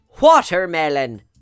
Watermelon